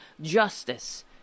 justice